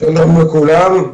שלום לכולם,